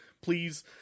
Please